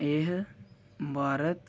एह् भारत